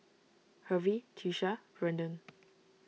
Hervey Tiesha Brendan